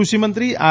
કૃષિમંત્રી આર